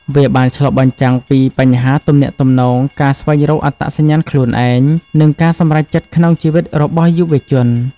វាបានឆ្លុះបញ្ចាំងពីបញ្ហាទំនាក់ទំនង ការស្វែងរកអត្តសញ្ញាណខ្លួនឯង និងការសម្រេចចិត្តក្នុងជីវិតរបស់យុវជន។